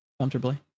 comfortably